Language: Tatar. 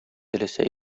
теләсә